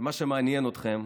שמה שמעניין אתכם